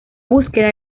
búsqueda